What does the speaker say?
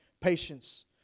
patience